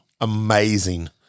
amazing